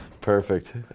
Perfect